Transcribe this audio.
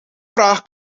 vraag